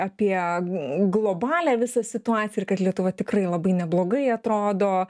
apie globalią visą situaciją ir kad lietuva tikrai labai neblogai atrodo